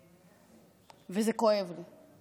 וזה כואב לי.